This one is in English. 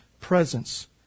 presence